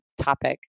topic